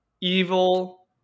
evil